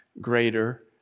greater